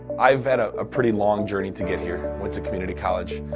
i have had a ah pretty long journey to get here. went to community college,